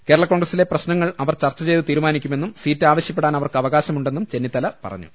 കേരള കോൺഗ്രസ്സിലെ പ്രശ്നങ്ങൾ അവർ ചർച്ച ചെയ്ത് തീരുമാനിക്കുമെന്നും സീറ്റ് ആവശ്യപ്പെടാൻ അവർക്ക് അവകാശമുണ്ടെന്നും ചെന്നിത്തല പറഞ്ഞു